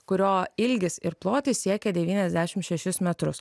kurio ilgis ir plotis siekia devyniasdešim šešis metrus